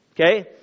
Okay